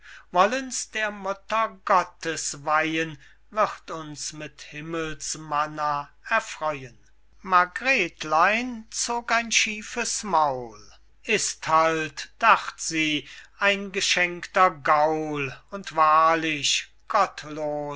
wollen's der mutter gottes weihen wird uns mit himmels manna erfreuen margretlein zog ein schiefes maul ist halt dacht sie ein geschenkter gaul und wahrlich gottlos